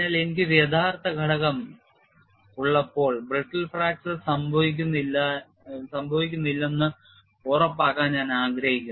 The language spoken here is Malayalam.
അതിനാൽ എനിക്ക് ഒരു യഥാർത്ഥ ഘടകം ഉള്ളപ്പോൾ brittle fracture സംഭവിക്കുന്നില്ലെന്ന് ഉറപ്പാക്കാൻ ഞാൻ ആഗ്രഹിക്കുന്നു